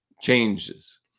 changes